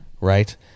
Right